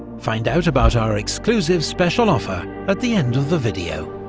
find out about our exclusive special offer at the end of the video.